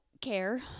care